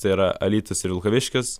tai yra alytus ir vilkaviškis